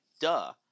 duh